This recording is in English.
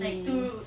like to